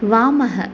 वामः